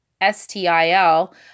S-T-I-L